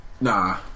Nah